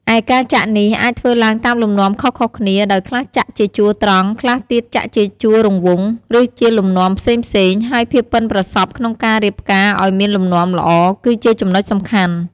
ឯការចាក់នេះអាចធ្វើឡើងតាមលំនាំខុសៗគ្នា ដោយខ្លះចាក់ជាជួរត្រង់ ខ្លះទៀតចាក់ជាជួររង្វង់ ឬជាលំនាំផ្សេងៗ ហើយភាពប៉ិនប្រសប់ក្នុងការរៀបផ្កាឲ្យមានលំនាំល្អ គឺជាចំណុចសំខាន់។